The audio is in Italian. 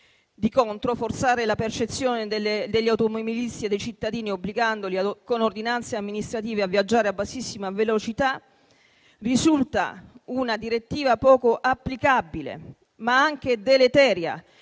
Di contro, forzare la percezione degli automobilisti e dei cittadini, obbligandoli con ordinanze amministrative a viaggiare a bassissima velocità, risulta una direttiva poco applicabile, ma anche deleteria,